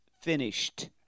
finished